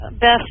best